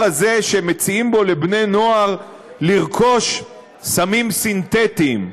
הזה שמציעים בו לבני נוער לרכוש סמים סינתטיים,